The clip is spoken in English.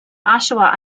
oshawa